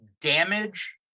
damage